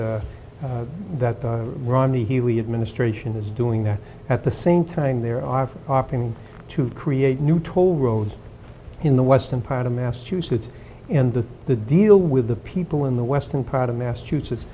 that romney healey administration is doing that at the same time there i've often to create new toll roads in the western part of massachusetts and the the deal with the people in the western part of massachusetts